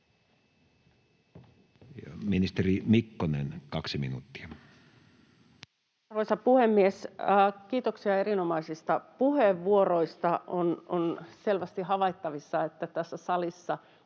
Time: 15:13 Content: Arvoisa puhemies! Kiitoksia erinomaisista puheenvuoroista. On selvästi havaittavissa, että tässä salissa